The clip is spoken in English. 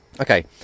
Okay